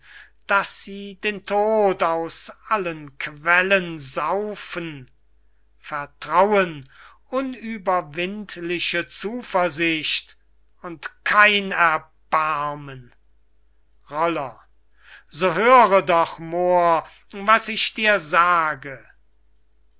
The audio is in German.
daß sie den tod aus allen quellen saufen vertrauen unüberwindliche zuversicht und kein erbarmen roller so höre doch moor was ich dir sage